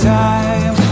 time